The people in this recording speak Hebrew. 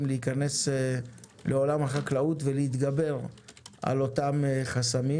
להיכנס לעולם החקלאות ולהתגבר על אותם חסמים.